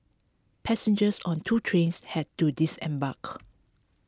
passengers on two trains had to disembark